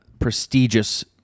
prestigious